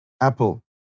apple